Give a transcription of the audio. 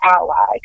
ally